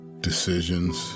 Decisions